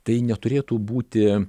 tai neturėtų būti